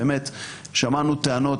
באמת שמענו טענות,